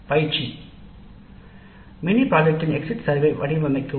பயிற்சி மினி திட்டத்திற்கான exit survey கணக்கெடுப்பை வடிவமைக்கவும்